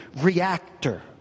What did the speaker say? reactor